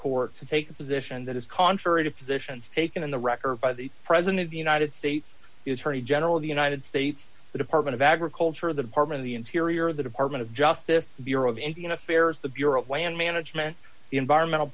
court to take a position that is contrary to positions taken in the record by the president of the united states is very general of the united states the department of agriculture the department of the interior the department of justice the bureau of indian affairs the bureau of land management the environmental